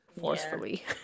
forcefully